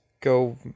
go